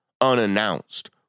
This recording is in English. unannounced